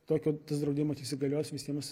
tokio tas draudimas įsigalios visiems